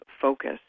focus